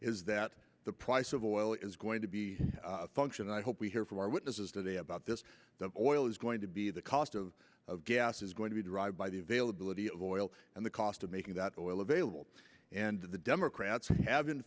is that the price of oil is going to be a function and i hope we hear from our witnesses today about this the oil is going to be the cost of gas is going to be derived by the availability of oil and the cost of making that oil available and the democrats have in